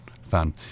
fan